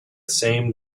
same